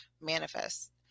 manifest